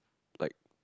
like